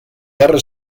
guerra